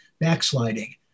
backsliding